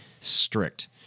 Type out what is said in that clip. strict